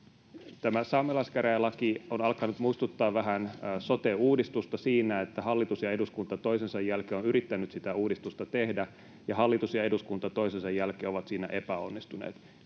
Tämä saamelaiskäräjälaki on alkanut muistuttaa vähän sote-uudistusta siinä, että hallitus ja eduskunta toisensa jälkeen ovat yrittäneet sitä uudistusta tehdä ja hallitus ja eduskunta toisensa jälkeen ovat siinä epäonnistuneet.